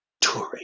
touring